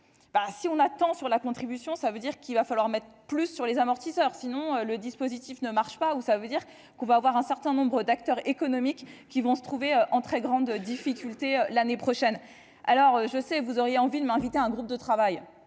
si on attend sur la contribution, ça veut dire qu'il va falloir mettre plus sur les amortisseurs, sinon le dispositif ne marche pas, ou ça veut dire qu'on va avoir un certain nombre d'acteurs économiques qui vont se trouver en très grande difficulté l'année prochaine, alors je sais vous auriez envie de m'inviter un groupe de travail,